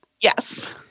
yes